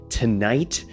tonight